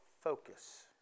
focus